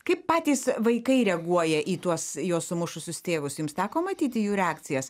kaip patys vaikai reaguoja į tuos juos sumušusius tėvus jums teko matyti jų reakcijas